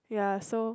ya so